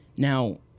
Now